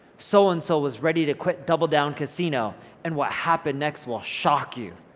so and so was ready to quit double down casino and what happened next will shock you,